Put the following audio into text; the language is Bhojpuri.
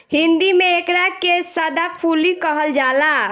हिंदी में एकरा के सदाफुली कहल जाला